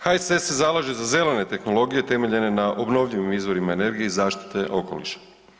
HSS se zalaže za zelene tehnologije temeljene na obnovljivim izvorima energije i zaštite okoliša.